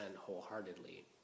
wholeheartedly